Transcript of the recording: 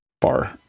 bar